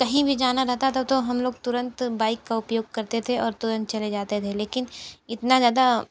कहीं भी जाना रहता था तो हम लोग तुरंत बाइक का उपयोग करते थे और तुरंत चले जाते थे लेकिन इतना ज़्यादा